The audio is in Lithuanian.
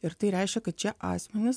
ir tai reiškia kad šie asmenys